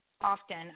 often